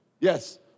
Yes